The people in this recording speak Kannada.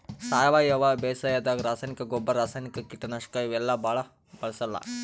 ಸಾವಯವ ಬೇಸಾಯಾದಾಗ ರಾಸಾಯನಿಕ್ ಗೊಬ್ಬರ್, ರಾಸಾಯನಿಕ್ ಕೀಟನಾಶಕ್ ಇವೆಲ್ಲಾ ಭಾಳ್ ಬಳ್ಸಲ್ಲ್